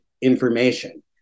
information